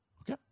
Okay